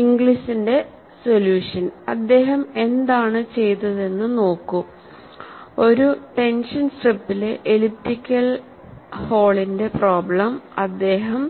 ഇംഗ്ലിസിന്റെ solution അദ്ദേഹം എന്താണ് ചെയ്തതെന്ന് നോക്കൂ ഒരു ടെൻഷൻ സ്ട്രിപ്പിലെ എലിപ്റ്റിക്കൽ ഹോളിന്റെ പ്രോബ്ലം അദ്ദേഹം